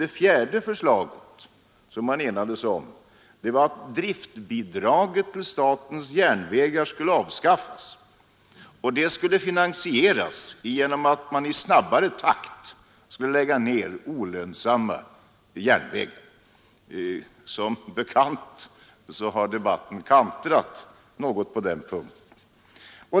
Det fjärde förslaget som man enades om var att driftbidraget till statens järnvägar skulle avskaffas, och förslaget skulle finansieras genom att man i snabbare takt skulle lägga ned olönsamma järnvägar. Som bekant har debatten kantrat något på den punkten.